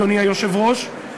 אדוני היושב-ראש,